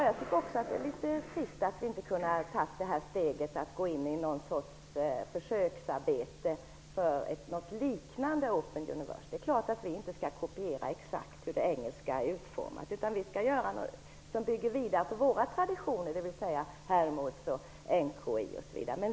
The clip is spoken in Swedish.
Jag tycker att det är litet trist att vi inte kunde ta steget att gå in i ett försöksarbete med något som liknar Open University. Vi skall naturligtvis inte kopiera exakt den engelska modellen, utan vi skall göra det så att det bygger på våra traditioner med Hermods osv.